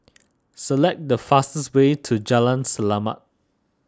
select the fastest way to Jalan Selamat